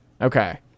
Okay